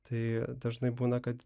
tai dažnai būna kad